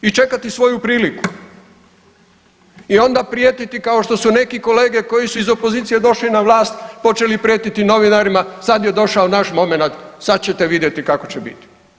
I čekati svoju priliku i onda prijetiti, kao što su neki kolege koji su iz opozicije došli na vlast, počeli prijetiti novinarima, sad je došao naš momenat, sad ćete vidjeti kako će biti.